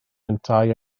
yntau